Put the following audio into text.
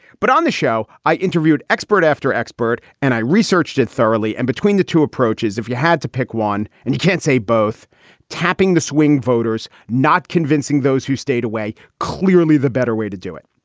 but on the show, i interviewed expert after expert and i researched it thoroughly. and between the two approaches, if you had to pick one and you can't say both tapping the swing voters, not convincing those who stayed away. clearly the better way to do it.